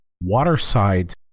waterside